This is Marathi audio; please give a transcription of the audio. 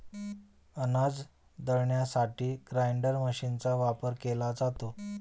अनाज दळण्यासाठी ग्राइंडर मशीनचा वापर केला जातो